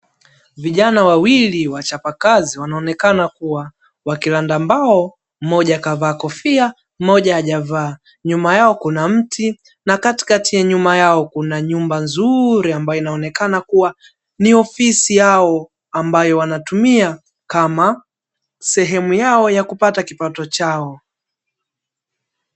Vijana wawili wachapakazi wanaonekana kuwa wakiranda mbao mmoja kavaa kofia mmoja hajavaa, nyuma yao kuna mti na katikati ya nyuma yao kuna nyumba nzuri ambayo inaonekana kuwa ni ofisi yao ambayo wanatumia kama sehemu yao ya kupata kipato chao.